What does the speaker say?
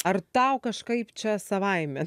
ar tau kažkaip čia savaime